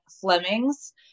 Fleming's